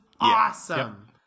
awesome